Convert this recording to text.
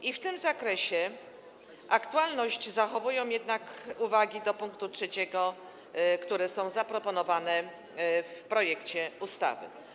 I w tym zakresie aktualność zachowują jednak uwagi do pkt 3, które są zaproponowane w projekcie ustawy.